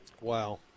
Wow